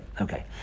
Okay